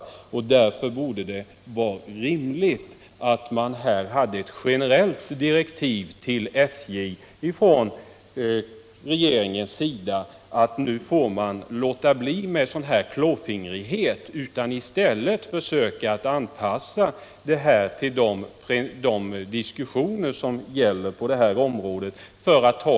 Mot denna bakgrund skulle det enligt min mening vara rimligt att regeringen gav ett generellt direktiv till SJ, att nu får SJ låta bli sådan här klåfingrighet och i stället anpassa sig till vad som diskuteras och kan komma att gälla på området.